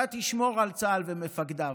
אתה תשמור על צה"ל ומפקדיו.